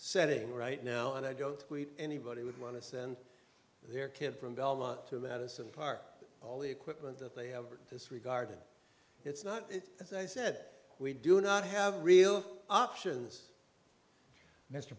setting right now and i don't anybody would want to send their kid from velma to madison park all the equipment that they have or disregarded it's not as i said we do not have real options mr